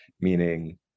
meaning